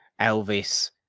Elvis